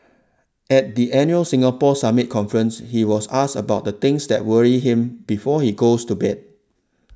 at the annual Singapore Summit conference he was asked about the things that worry him before he goes to bed